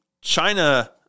China